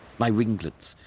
my ringlets,